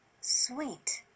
sweet